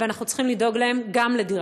ואנחנו צריכים לדאוג להם גם לדירה.